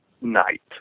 night